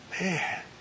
Man